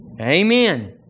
Amen